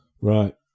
Right